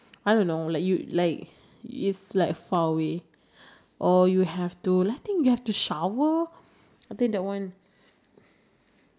back again I don't think I'm selfish I think you did the same too because I think our butt were like hurting because we were sitting in the